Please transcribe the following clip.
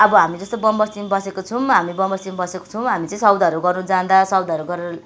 अब हामी जस्तो बम बस्तीमा बसेको छौँ हामी बम बस्तीमा बसेको छौँ हामी चाहिँ सौदाहरू गर्नु जाँदा सौदाहरू गरेर